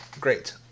Great